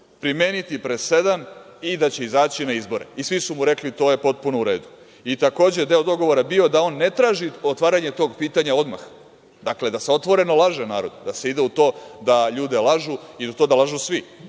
primeniti presedan i da će izaći na izbore i svi su mu rekli da je to potpuno u redu. Takođe, deo dogovora je bio da on ne traži otvaranje tog pitanja odmah, dakle, da se otvoreno laže narod, da se ide u to da ljude lažu, i to da lažu svi,